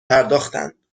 پرداختند